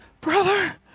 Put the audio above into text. Brother